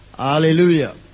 Hallelujah